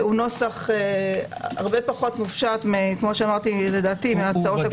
הוא נוסח הרבה פחות מופשט- - הוא הרבה